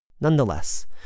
Nonetheless